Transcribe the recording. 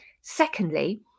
Secondly